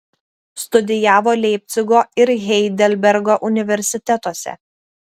studijavo leipcigo ir heidelbergo universitetuose